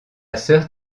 sœur